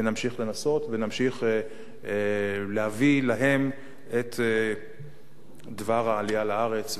ונמשיך לנסות ונמשיך להביא להם את דבר העלייה לארץ,